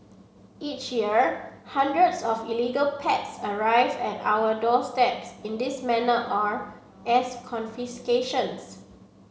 each year hundreds of illegal pets arrive at our doorsteps in this manner or as confiscations